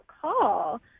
call